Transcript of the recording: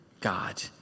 God